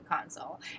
console